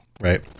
Right